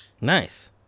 Nice